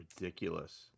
ridiculous